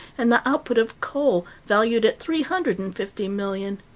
and the output of coal, valued at three hundred and fifty million